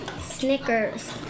Snickers